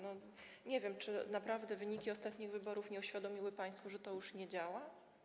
Nie wiem, czy naprawdę wyniki ostatnich wyborów nie uświadomiły państwu, że to już nie działa?